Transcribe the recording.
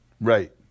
right